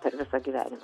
per visą gyvenimą